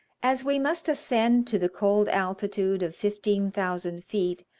as we must ascend to the cold altitude of fifteen thousand feet,